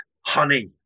honey